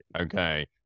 okay